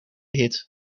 hit